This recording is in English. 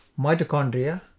mitochondria